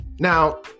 Now